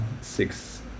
Six